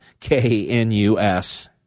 KNUS